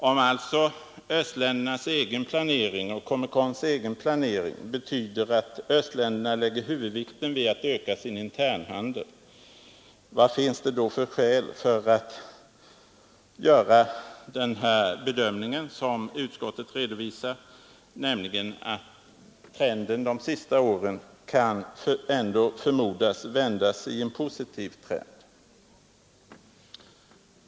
Om alltså östländernas och Komekons egen planering betyder att östländerna lägger huvudvikten vid att öka sin internhandel, vad finns det då för skäl för att göra den bedömning som utskottet redovisar, nämligen att trenden de senaste åren kan förmodas vändas i en positiv trend?